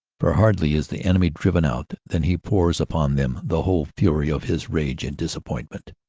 for hardly is the enemy driven out than he pours upon them the whole fury of his rage and disappointment.